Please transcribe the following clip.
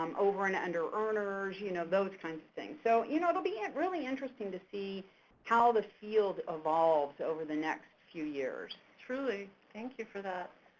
um over and under earners, you know, those kinds of things, so you know it will be yeah really interesting to see how the field evolves over the next few years. truly, thank you for that.